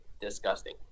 disgusting